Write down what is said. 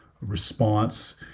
response